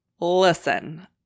Listen